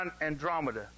Andromeda